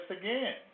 again